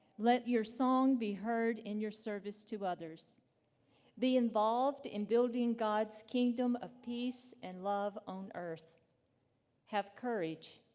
let your song be heard in your service to others be involved in building god's kingdom of peace and love on earth have courage,